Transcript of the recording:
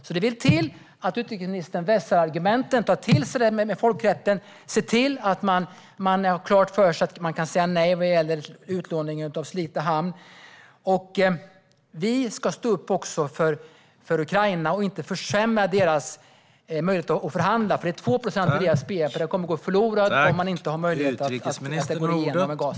Det vill alltså till att utrikesministern vässar argumenten, tar till sig det här med folkrätten och ser till att ha klart för sig att man kan säga nej till utlåning av Slite hamn. Vi ska också stå upp för Ukraina och inte försämra deras möjligheter att förhandla. 2 procent av deras bnp kommer att gå förlorade om man inte har möjlighet att låta gasen gå igenom där.